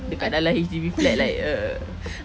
dekat dalam H_D_B flat like err